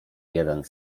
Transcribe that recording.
jeden